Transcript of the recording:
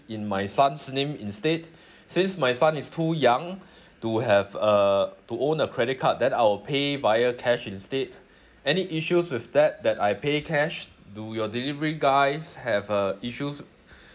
in my son's name instead since my son is too young to have uh to own a credit card then I will pay via cash instead any issues with that that I pay cash do your delivery guys have uh issues